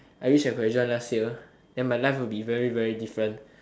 I wish I have joined last year then my life will be very very different